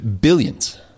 billions